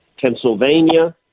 Pennsylvania